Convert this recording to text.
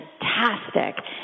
fantastic